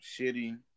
shitty